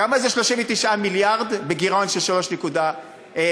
כמה זה 39 מיליארד בגירעון של, ב-3.4%?